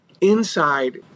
inside